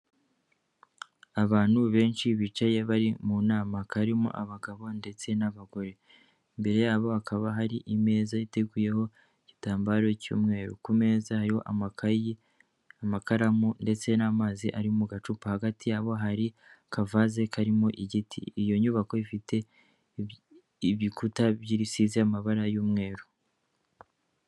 Abantu benshi bicaye bari mu nama hakarimo abagabo ndetse n'abagore imbere yabo hakaba hari imeza iteguyeho igitambaro cy'umweru ku meza amakayi, amakaramu ndetse n'amazi ari mu gacupa hagati yabo hari akavase karimo igiti iyo nyubako ifite ibikuta by'irisize y'amabara y'umweru.